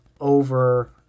over